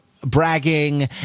bragging